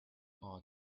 are